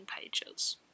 pages